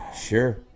Sure